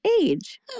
age